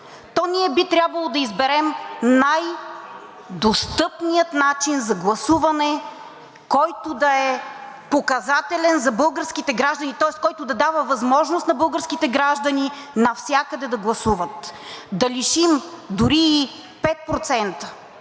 то ние би трябвало да изберем най-достъпния начин за гласуване, който да е показателен за българските граждани. Тоест, който да дава възможност на българските граждани навсякъде да гласуват. Да лишим дори и